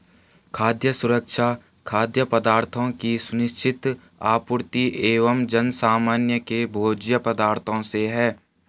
खाद्य सुरक्षा खाद्य पदार्थों की सुनिश्चित आपूर्ति एवं जनसामान्य के भोज्य पदार्थों से है